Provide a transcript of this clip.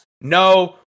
no